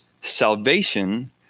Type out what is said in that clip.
salvation